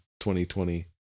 2020